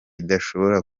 idashobora